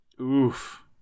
Oof